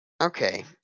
okay